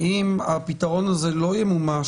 אם הפתרון הזה לא ימומש,